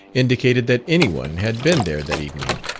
indicated that any one had been there that evening.